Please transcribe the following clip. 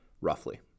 roughly